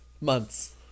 Months